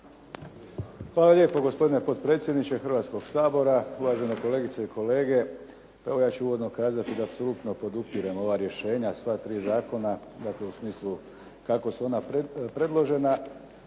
Hvala lijepo, gospodine potpredsjedniče Hrvatskoga sabora. Uvažene kolegice i kolege. Evo ja ću uvodno kazati da apsolutno podupirem ova rješenja, sva tri zakona, dakle u smislu kako su ona predložena